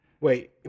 Wait